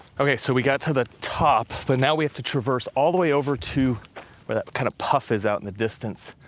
okay, so we got to the top, but now we have to traverse all the way over to where that kinda puff is out in the distance.